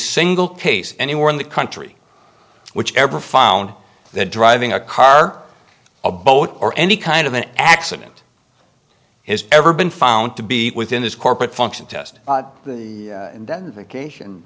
single case anywhere in the country which ever found that driving a car a boat or any kind of an accident has ever been found to be within this corporate function test